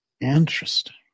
Interesting